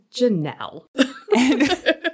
Janelle